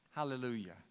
Hallelujah